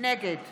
נגד